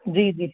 जी जी